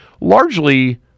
largely